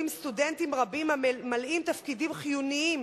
סטודנטים רבים הממלאים תפקידים חיוניים